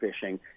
fishing